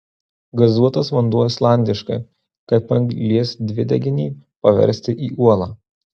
gazuotas vanduo islandiškai kaip anglies dvideginį paversti į uolą